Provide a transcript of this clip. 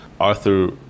arthur